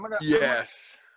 Yes